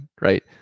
right